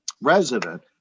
resident